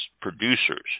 producers